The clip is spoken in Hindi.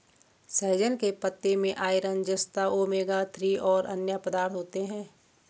सहजन के पत्ते में आयरन, जस्ता, ओमेगा थ्री और अन्य पदार्थ होते है